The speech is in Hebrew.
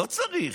לא צריך,